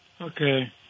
Okay